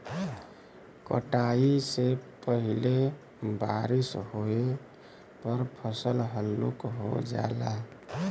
कटाई से पहिले बारिस होये पर फसल हल्लुक हो जाला